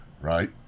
right